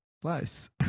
slice